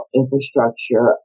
infrastructure